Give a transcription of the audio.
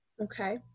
Okay